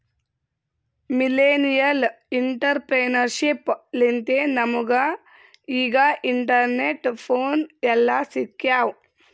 millennial entrepreneurship ಲಿಂತೆ ನಮುಗ ಈಗ ಇಂಟರ್ನೆಟ್, ಫೋನ್ ಎಲ್ಲಾ ಸಿಕ್ಯಾವ್